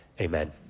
amen